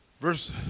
Verse